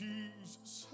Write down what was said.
Jesus